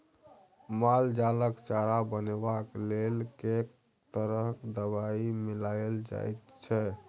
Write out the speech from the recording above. माल जालक चारा बनेबाक लेल कैक तरह दवाई मिलाएल जाइत छै